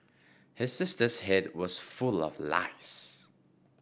his sister's head was full of lice